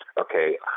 okay